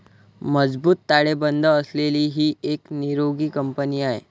मजबूत ताळेबंद असलेली ही एक निरोगी कंपनी आहे